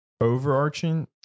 overarching